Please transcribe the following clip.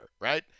right